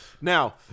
Now